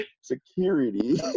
security